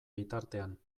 bitartean